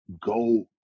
go